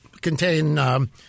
contain